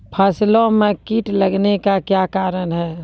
फसलो मे कीट लगने का क्या कारण है?